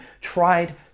tried